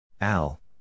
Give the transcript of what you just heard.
Al